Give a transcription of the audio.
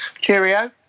cheerio